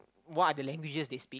what are the languages they speak